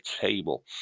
table